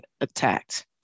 attacked